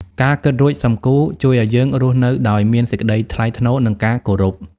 ការ «គិតរួច សឹមគូរ» ជួយឱ្យយើងរស់នៅដោយមានសេចក្ដីថ្លៃថ្នូរ និងការគោរព។